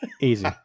easy